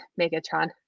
megatron